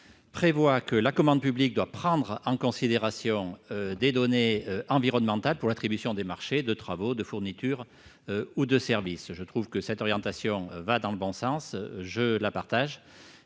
prévoit que la commande publique doit prendre en considération des données environnementales pour l'attribution des marchés de travaux, de fournitures ou de services. Cette orientation va dans le bon sens et je la partage.